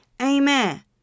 Amen